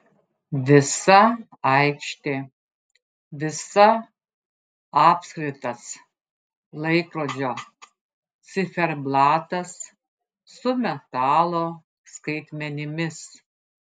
visa aikštė visa apskritas laikrodžio ciferblatas su metalo skaitmenimis